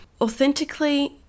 authentically